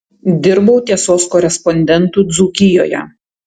dirbau tiesos korespondentu dzūkijoje